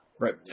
right